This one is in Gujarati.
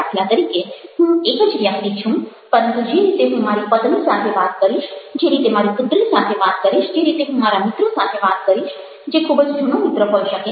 દાખલા તરીકે હું એક જ વ્યક્તિ છું પરંતુ જે રીતે હું મારી પત્ની સાથે વાત કરીશ જે રીતે મારી પુત્રી સાથે વાત કરીશ જે રીતે હું મારા મિત્ર સાથે વાત કરીશ જે ખૂબ જ જૂનો મિત્ર હોઈ શકે